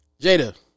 Jada